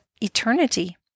eternity